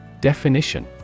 Definition